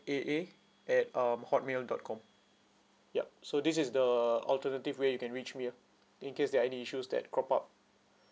eight A at um hotmail dot com yup so this is the alternative way you can reach me ah in case there are any issues that crop up